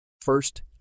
First